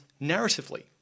narratively